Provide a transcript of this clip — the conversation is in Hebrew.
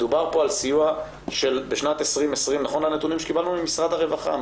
מדובר פה על סיוע שבשנת 2020 נכון לנתונים שקיבלנו ממשרד הרווחה,